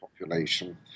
population